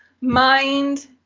mind